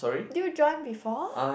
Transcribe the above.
do you join before